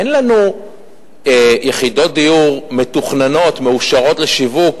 אין לנו יחידות דיור מתוכננות, מאושרות לשיווק,